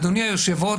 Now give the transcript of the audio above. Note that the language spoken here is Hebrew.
אדוני היושב-ראש,